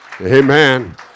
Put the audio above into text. Amen